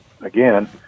again